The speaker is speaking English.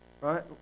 Right